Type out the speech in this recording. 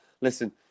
listen